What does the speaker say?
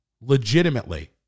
legitimately